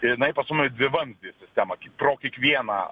jinai pas mus dvivamzdė sistema pro kiekvieną